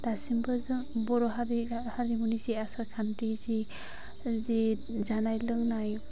दासिमबो जों बर' हारिया हारिमुनि जि आसार खान्थि जि जि जानाय लोंनाय